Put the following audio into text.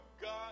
God